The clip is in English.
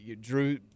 Drew